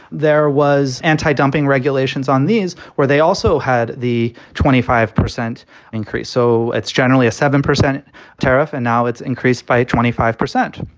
there was anti-dumping regulations on these where they also had the twenty five percent increase. so it's generally a seven percent tariff. and now it's increased by twenty five percent.